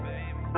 Baby